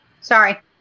Sorry